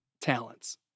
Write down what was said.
talents